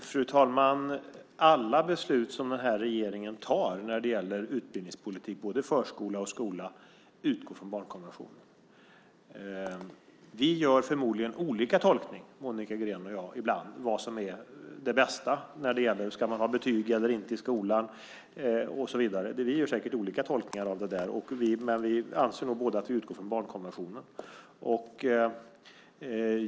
Fru talman! Alla beslut som den här regeringen tar när det gäller utbildningspolitik, både i fråga om förskola och i fråga om skola, utgår från barnkonventionen. Monica Green och jag gör förmodligen olika tolkningar ibland av vad som är det bästa när det gäller om man ska ha betyg eller inte i skolan och så vidare. Men vi anser nog båda att vi utgår från barnkonventionen.